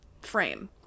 frame